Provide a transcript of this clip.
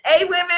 A-women